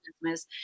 Christmas